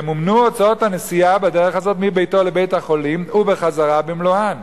ימומנו הוצאות הנסיעה בדרך הזו מביתו לבית-החולים ובחזרה במלואן.